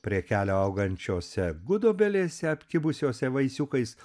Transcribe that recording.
prie kelio augančiose gudobelėse apkibusiose vaisiukais